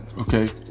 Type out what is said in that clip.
Okay